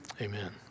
amen